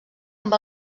amb